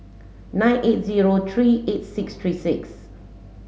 nine eight zero three eight six three six